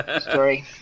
Sorry